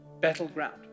battleground